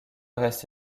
reste